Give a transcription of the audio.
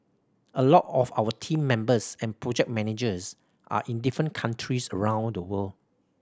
a lot of our team members and project managers are in different countries around the world